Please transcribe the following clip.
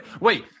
Wait